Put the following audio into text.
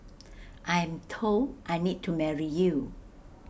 I'm told I need to marry you